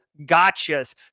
gotchas